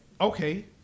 okay